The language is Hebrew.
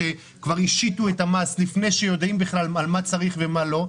שכבר השיתו את המס עוד לפני שיודעים בכלל על מה צריך ומה לא,